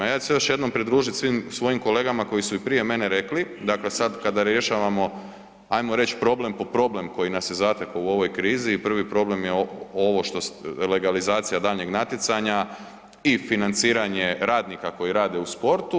Ja ću se još jednom pridružit svim svojim kolegama koji su i prije mene rekli, dakle sad kada rješavamo, ajmo reć, problem po problem koji nas je zatekao u ovoj krizi i prvi problem je ovo, legalizacija daljnjeg natjecanja i financiranje radnika koji rade u sportu.